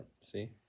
See